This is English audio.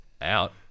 out